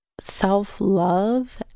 self-love